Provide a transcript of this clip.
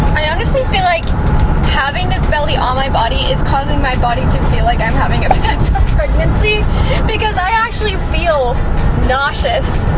i honestly feel like having this belly on my body is causing my body to feel like i'm having a phantom pregnancy because i actually feel nauseous.